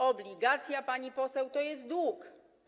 Obligacja, pani poseł, to jest dług.